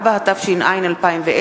64), התש"ע 2010,